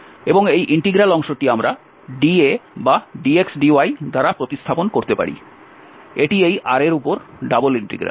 এবং এই ইন্টিগ্রাল অংশটি আমরা dA বা dxdy দ্বারা প্রতিস্থাপন করতে পারি এটি এই R এর উপর ডাবল ইন্টিগ্রাল